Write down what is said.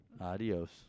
adios